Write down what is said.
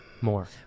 more